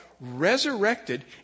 resurrected